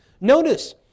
Notice